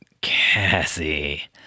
Cassie